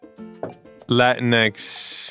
Latinx